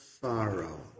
sorrow